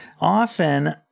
often